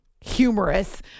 humorous